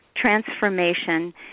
transformation